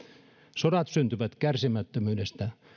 sodat syntyvät kärsimättömyydestä